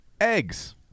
Eggs